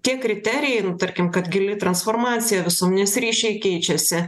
tie kriterijai nu tarkim kad gili transformacija visuomenės ryšiai keičiasi